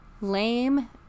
lame